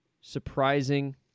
surprising